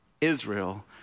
Israel